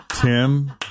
Tim